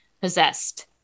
possessed